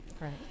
right